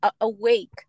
awake